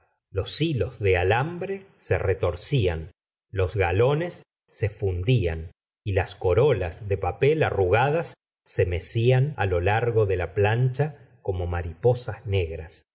pr alambre se retorcían los galones se fundían y las corolas de papel arrugadas se mecían lo largo de la plancha como mariposas negras